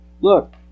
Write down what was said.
look